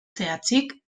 zehatzik